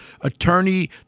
attorney